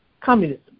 Communism